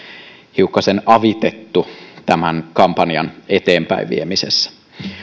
hiukkasen avitettu tämän kampanjaan eteenpäinviemisessä